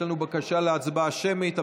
יש לנו בקשה להצבעה שמית.